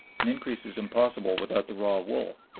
an increase is impossible without the raw wool,